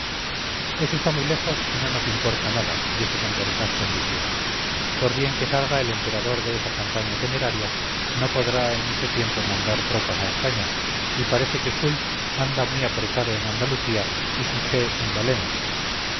eso está muy lejos y no nos importa nada dijo santorcaz con disgusto por bien que salga el emperador de esa campaña temeraria no podrá en mucho tiempo mandar tropas a españa y parece que soult anda muy apretado en andalucía y suchet en valencia